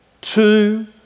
two